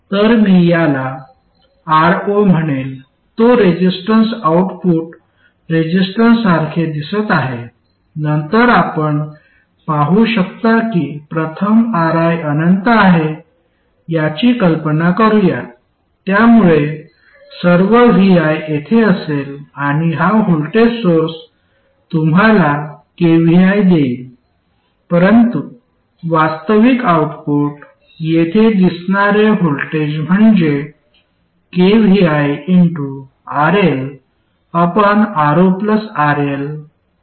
तर मी याला Ro म्हणेन तो रेसिस्टन्स आउटपुट रेझिस्टन्स सारखे दिसत आहे नंतर आपण पाहू शकता की प्रथम Ri अनंत आहे याची कल्पना करूया त्यामुळे सर्व vi येथे असेल आणि हा व्होल्टेज सोर्स तुम्हाला kvi देईल परंतु वास्तविक आउटपुट येथे दिसणारे व्होल्टेज म्हणजे kviRLRoRL आहे